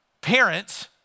parents